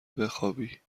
بخوابی